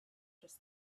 just